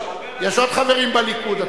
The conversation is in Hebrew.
יש עוד חברים בליכוד.